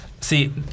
See